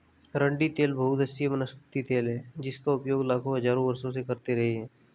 अरंडी तेल बहुउद्देशीय वनस्पति तेल है जिसका उपयोग लोग हजारों वर्षों से करते रहे हैं